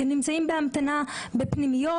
הם נמצאים בהמתנה בפנימיות,